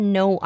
no